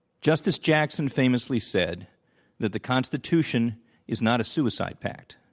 justice jackson famously said that the constitution is not a suicide pact.